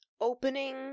opening